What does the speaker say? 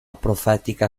profetica